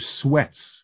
sweats